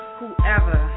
whoever